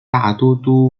大都